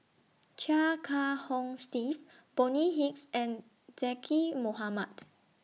Chia Kiah Hong Steve Bonny Hicks and Zaqy Mohamad